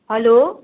hello